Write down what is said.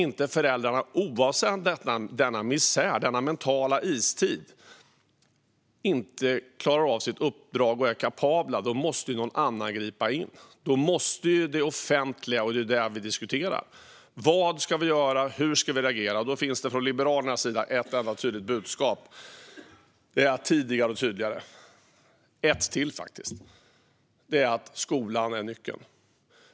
När föräldrarna, oavsett denna misär och denna mentala istid, inte klarar av sitt uppdrag och inte är kapabla måste någon annan gripa in. Då måste det offentliga gripa in, och det är detta vi diskuterar. Vad ska vi göra, och hur ska vi reagera? Då finns det från Liberalernas sida ett enda tydligt budskap: tidigare och tydligare. Vi har faktiskt ytterligare ett budskap, och det är att skolan är nyckeln.